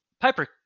Piper